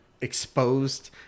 exposed